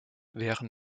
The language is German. wären